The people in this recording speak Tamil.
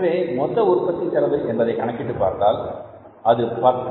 எனவே மொத்த உற்பத்தி செலவு என்பதை கணக்கிட்டுப் பார்த்தால் அது 10